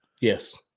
Yes